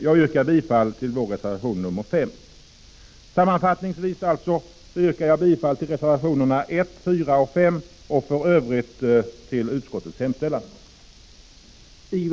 Jag yrkar bifall till vår reservation 5. Sammanfattningsvis yrkar jag alltså bifall till reservationerna 1, 4 och 5 och för övrigt till utskottets hemställan.